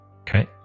Okay